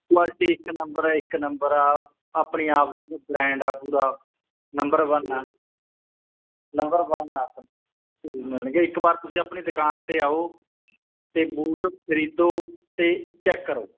quality ਇੱਕ number ਹੈ ਇੱਕ ਨੰਬਰ ਆ ਆਪਣੇ ਆਪ ਦੀ ਕਿ ਬ੍ਰਾਂਡ ਆ ਪੂਰਾ ਨੰਬਰ ਵੰਨ ਹੈ ਨੰਬਰ ਵੰਨ ਹੈ ਸੂਜ਼ ਮਿਲਣਗੇ ਇੱਕ ਵਾਰ ਤੁਸੀਂ ਆਪਣੀ ਦੁਕਾਨ 'ਤੇ ਆਓ ਅਤੇ ਬੂਟ ਖਰੀਦੋ ਅਤੇ ਚੈਕ ਕਰੋ